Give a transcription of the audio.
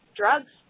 drugs